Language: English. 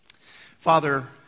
father